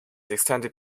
extended